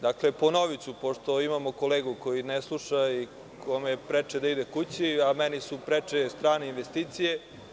Dakle, ponoviću pošto imamo kolegu koji ne sluša i kome je preče da ide kući, a meni su preče strane investicije.